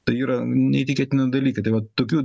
tai yra neįtikėtini dalykai tai vat tokių